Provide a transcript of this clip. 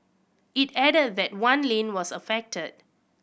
it added that one lane was affected